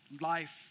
life